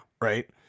Right